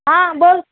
हां बोल